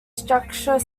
structure